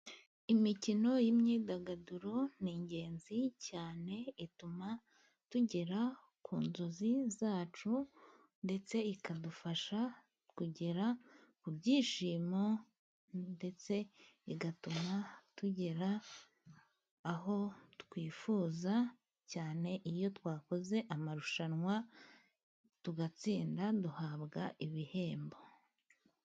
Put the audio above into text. Imikino y'imyidagaduro ni ingenzi cyane ituma tugera ku nzozi zacu, ndetse ikadufasha kugera ku byishimo, ndetse igatuma tugera aho twifuza, cyane iyo twakoze amarushanwa tugatsinda duhabwa ibihembo.